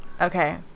Okay